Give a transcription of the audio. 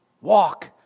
Walk